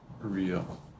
real